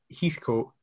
Heathcote